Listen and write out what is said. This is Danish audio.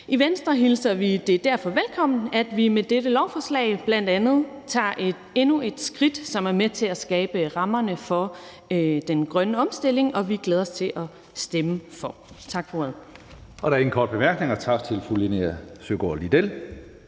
I Venstre hilser vi det derfor velkommen, at vi med dette lovforslag bl.a. tager endnu et skridt, som er med til at skabe rammerne for den grønne omstilling, og vi glæder os til at stemme for. Tak for ordet.